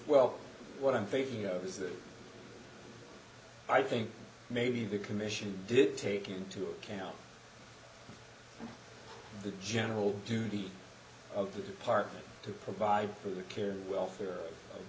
well what i'm thinking of is that i think maybe the commission did take into account the general duty of the department to provide for the care welfare of